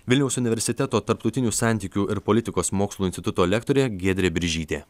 vilniaus universiteto tarptautinių santykių ir politikos mokslų instituto lektorė giedrė biržytė